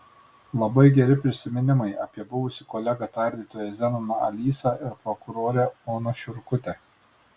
labai geri prisiminimai apie buvusį kolegą tardytoją zenoną alysą ir prokurorę oną šiurkutę